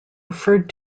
referred